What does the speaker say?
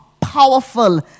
powerful